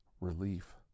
relief